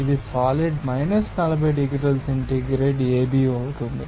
ఇది సాలిడ్ 40 డిగ్రీల centigrade AB అవుతుంది